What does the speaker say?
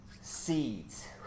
seeds